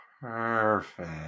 Perfect